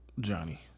Johnny